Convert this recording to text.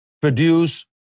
produce